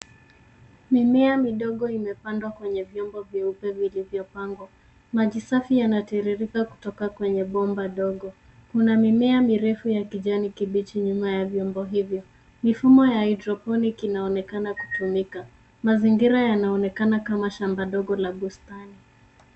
Mimea midogo imependwa kwenye vyombo vyeupe vilivyopangwa. Maji safi yanatiririka kutoka kwenye bomba ndogo. Kuna mimea mirefu ya kijani kibichi nyuma ya vyombo hivyo. Mifumo ya haidroponik inaonekana kutumika. Mazingira yanaonekana kama shamba ndogo la bustani.